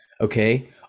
Okay